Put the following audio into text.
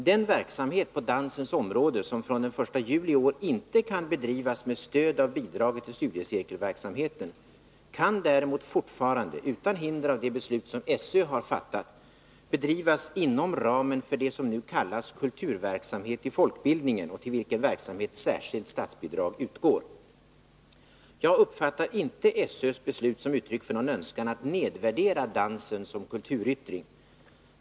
Den verksamhet på dansens område som från den 1 juli i år inte kan bedrivas med stöd av bidraget till studiecirkelverksamheten kan däremot fortfarande — utan hinder av det beslut SÖ fattat — bedrivas inom ramen för vad som nu kallas kulturverksamhet i folkbildningen och till vilken verksamhet särskilt statsbidrag utgår. Jag uppfattar inte SÖ:s beslut som uttryck för någon önskan att nedvärdera dansen som kulturyttring.